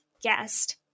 guest